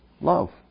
Love